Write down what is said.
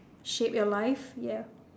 shape your life ya